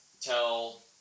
tell